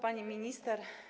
Pani Minister!